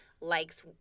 likes